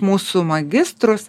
mūsų magistrus